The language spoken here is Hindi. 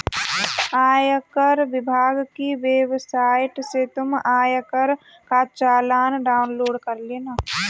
आयकर विभाग की वेबसाइट से तुम आयकर का चालान डाउनलोड कर लेना